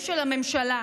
סליחה.